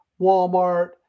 Walmart